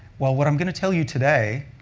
well, what i'm going to tell you today,